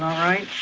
right